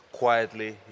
quietly